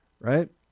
Right